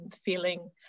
feeling